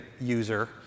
user